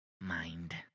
mind